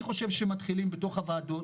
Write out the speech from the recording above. אני חושב שמתחילים בתוך הוועדות.